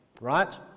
right